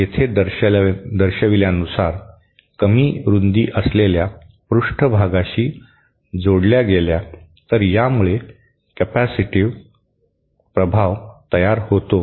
येथे दर्शविल्यानुसार कमी रुंदी असलेल्या पृष्ठभागाशी जोडल्या गेल्या तर यामुळे कॅपेसिटिव्ह प्रभाव तयार होतो